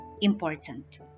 important